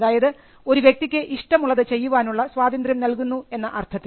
അതായത് ഒരു വ്യക്തിക്ക് ഇഷ്ടമുള്ളത് ചെയ്യുവാനുള്ള സ്വാതന്ത്ര്യം നൽകുന്നു എന്ന അർത്ഥത്തിൽ